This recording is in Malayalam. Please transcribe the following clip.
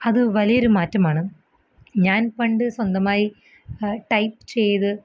അത് വലിയൊരു മാറ്റമാണ് ഞാൻ പണ്ട് സ്വന്തമായി ടൈപ്പ് ചെയ്ത്